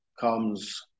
comes